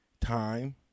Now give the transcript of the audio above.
time